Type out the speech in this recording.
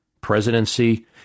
presidency